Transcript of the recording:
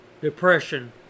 depression